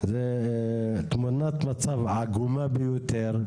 זו תמונת מצב עגומה ביותר,